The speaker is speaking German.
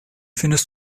findest